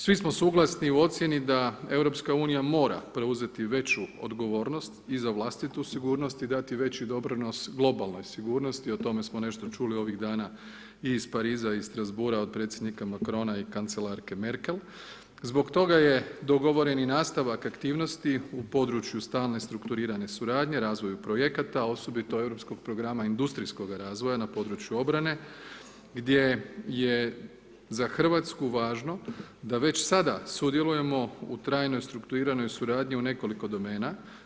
Svi smo suglasni u ocjeni da Europska unija mora preuzeti veću odgovornost i za vlastitu sigurnost i dati veli doprinos globalnoj sigurnosti, o tome smo nešto čuli ovih dana i iz Pariza i iz Strazbourga od predsjednika Macrona i kancelarke Merkel, zbog toga je dogovoreni i nastavak aktivnosti u području stalne strukturirane suradnje, razvoju projekata, a osobito Europskog programa industrijskog razvoja na području obrane gdje je za RH važno da već sada sudjelujemo u trajno strukturiranoj suradnji u nekoliko domena.